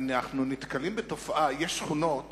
יש שכונות